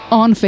on